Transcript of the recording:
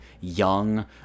young –